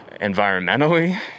Environmentally